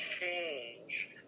change